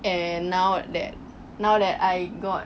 and now that now that I got